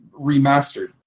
remastered